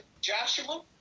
Joshua